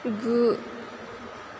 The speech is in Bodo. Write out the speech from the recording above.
गु